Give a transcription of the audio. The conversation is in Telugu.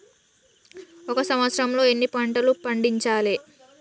ఒక సంవత్సరంలో ఎన్ని పంటలు పండించాలే?